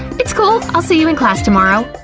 it's cool, i'll see you in class tomorrow!